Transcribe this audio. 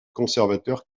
conservateurs